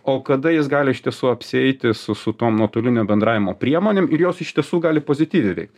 o kada jis gali iš tiesų apsieiti su su tom nuotolinio bendravimo priemonėm ir jos iš tiesų gali pozityviai veikt